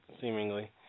seemingly